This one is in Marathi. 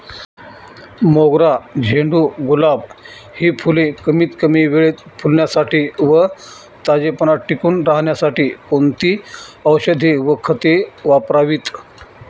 मोगरा, झेंडू, गुलाब हि फूले कमीत कमी वेळेत फुलण्यासाठी व ताजेपणा टिकून राहण्यासाठी कोणती औषधे व खते वापरावीत?